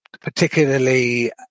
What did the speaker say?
particularly